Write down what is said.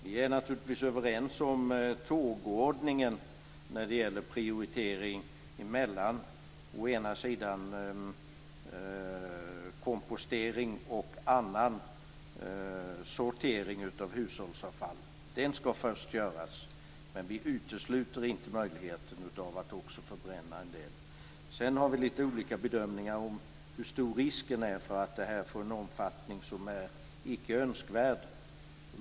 Vi är naturligtvis överens om tågordningen när det gäller prioriteringen mellan kompostering och annan sortering av hushållsavfall. Den skall göras först. Men vi utesluter inte möjligheten att också förbränna en del. Sedan har vi lite olika bedömningar av hur stor risken är för att det här får en omfattning som är icke önskvärd.